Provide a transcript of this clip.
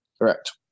correct